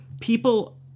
people